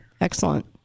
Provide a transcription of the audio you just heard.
excellent